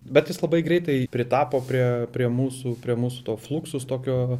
bet jis labai greitai pritapo prie prie mūsų prie mūsų to fluksus tokio